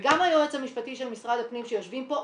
וגם היועץ המשפטי של משרד הפנים שיושבים פה,